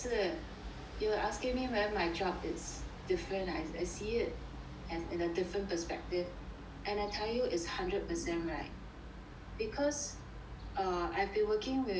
you're asking me whether my job is different if I see it as in a different perspective and I tell you it's hundred percent right because err I've been working with